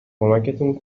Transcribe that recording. کمکتون